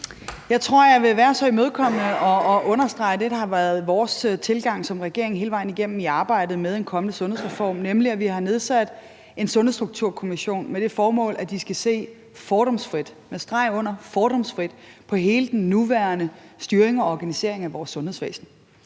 Jeg tror, jeg vil være så imødekommende at understrege det, der har været vores tilgang som regering hele vejen igennem i arbejdet med en kommende sundhedsreform, nemlig at vi har nedsat en Sundhedsstrukturkommission med det formål, at de skal se fordomsfrit – med streg under fordomsfrit – på hele den nuværende styring og organisering af vores sundhedsvæsen.